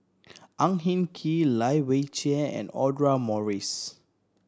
Ang Hin Kee Lai Weijie and Audra Morrice